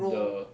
the